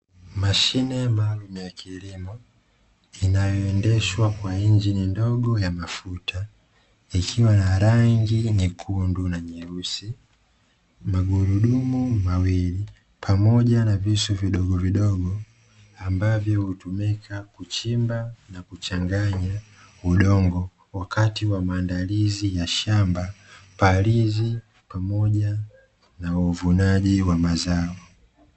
Mashine maalumu ya kilimo, inayoendeshwa kwa injini ndogo ya mafuta, ikiwa na rangi nyekundu na nyeusi, magurudumu mawili pamoja na visu vidogovidogo, ambavyo hutumika kuchimba na kuchanganya udongo wakati wa maandalizi ya shamba, palizi pamoja na uvunaji wa mazao.